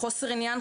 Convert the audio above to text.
חוסרי עניין,